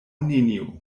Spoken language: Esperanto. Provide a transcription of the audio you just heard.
nenio